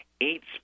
eight